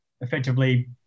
effectively